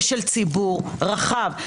ושל ציבור רחב.